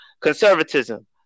conservatism